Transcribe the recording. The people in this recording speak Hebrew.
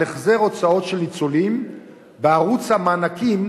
על החזר הוצאות של ניצולים בערוץ המענקים,